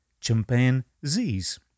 chimpanzees